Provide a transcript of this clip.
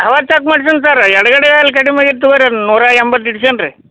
ಹವ ಚಕ್ ಮಾಡ್ಸೀನಿ ಸರ್ ಎಡ್ಗಡೆಯಲ್ಲಿ ಕಡ್ಮೆ ಆಗಿತ್ತು ತಗೋರಿ ಅದನ್ನ ನೂರ ಎಂಬತ್ತು ಇಡ್ಸೇನಿ ರೀ